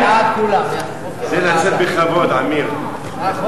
ההצעה להעביר את הנושא